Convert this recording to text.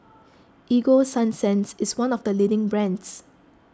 Ego Sunsense is one of the leading brands